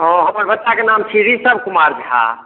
हँ हमर बच्चाके नाम छी ऋषभ कुमार झा